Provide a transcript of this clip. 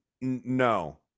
no